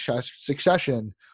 succession